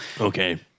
Okay